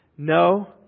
No